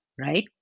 Right